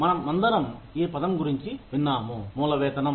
మన మందరం ఈ పదం గురించి విన్నాము మూల వేతనం